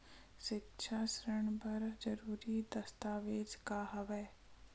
सिक्छा ऋण बर जरूरी दस्तावेज का हवय?